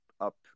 up